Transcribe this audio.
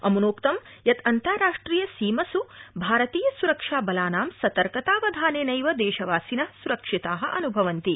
अमनोक्तं यत् अन्तार्राष्ट्रिय सीमस् भारतीय सुरक्षा बलानां सतर्कतावधानेनैव देशवासिन सुरक्षिता अनभवन्ति